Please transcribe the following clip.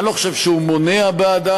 אני לא חושב שהוא מונע בעדם,